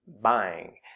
buying